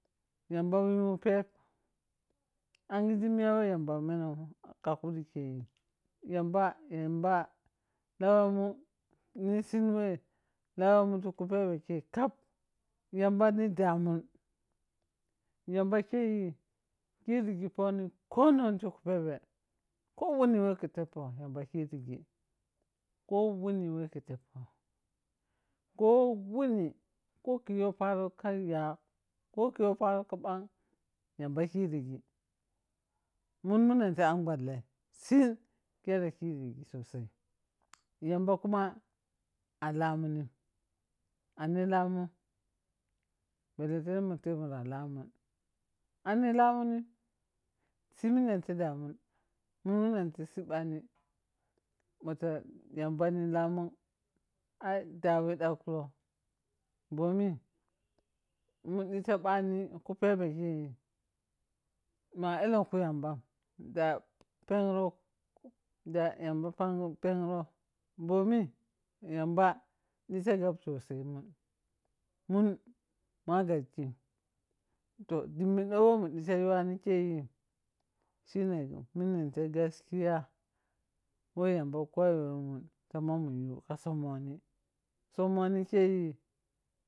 An ghi ȝi wo yamba a menoh ka khuɗi siinin yamba yamba lawhemun nisin wɛ lawhe manti ku pheɓhe ke kaap yamba ni ɗamun yamba kye khiri ghi phoni konong ti ku pheɓhe ko woni wɛ ka teephoh yamba khirighi ko wuni wɛ ka teepoh ko wuni ko kigho paaro ka ya kokiyo paaroka ɓhang yamba khirighi mun mune tei amɓhalla sii khere khirighi ni sosai yamba kuma a laamunig a ni laamun belletene mun teɓi muna laamun ani lamunin sii munan tei ɗaamun mu munag ni siiphani mɔta yamba, ni laamun ai ɗa we ɗakkub ɓhomi ni nita ɓhani kuphebhe kei ma elenkhu yamba da phegru da phag phegru ɓhɔmi yamba ni sheghep sosai mun mun ma ghakig toh ɗhimmi ɗi wo mu ɗhitafuwa ni kye shine mini tei gaskiya wɛ yamba koye mun ta ma mu yui ka summohni summohni kye.